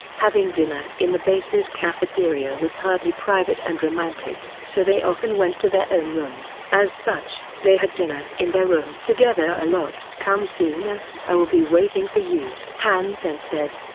having dinner in the base's cafeteria was hardly private and romantic, so they often went to their own rooms. as such, they had dinner in their rooms together a lot. come sooner i will be waiting for you, han sen said,